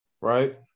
right